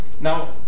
Now